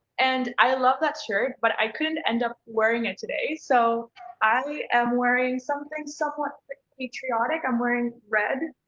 and i love that shirt but i couldn't end up wearing it today. so i am wearing something somewhat patriotic. i'm wearing red,